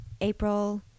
April